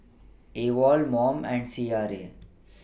AWOL Mom and C R A